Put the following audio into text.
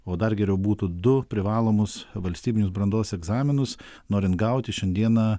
o dar geriau būtų du privalomus valstybinius brandos egzaminus norint gauti šiandieną